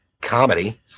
comedy